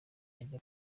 ajya